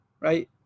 Right